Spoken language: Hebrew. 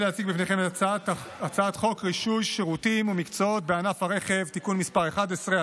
הצעת חוק רישוי שירותים ומקצועות בענף הרכב (תיקון מס' 11),